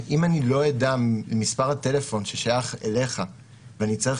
אם אני לא אדע את מספר הטלפון ששייך אליך ואני אצטרך